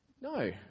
No